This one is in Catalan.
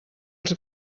els